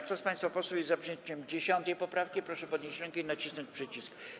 Kto z państwa posłów jest za przyjęciem 10. poprawki, proszę podnieść rękę i nacisnąć przycisk.